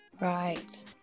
right